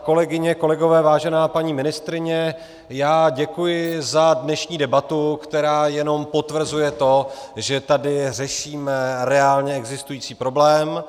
Kolegyně, kolegové, vážená paní ministryně, já děkuji za dnešní debatu, která jenom potvrzuje to, že tady řešíme reálně existující problém.